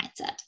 mindset